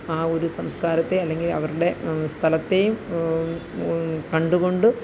ആ ഒരു സംസ്കാരത്തെയും അല്ലെങ്കില് അവരുടെ സ്ഥലത്തെയും കണ്ടുകൊണ്ട്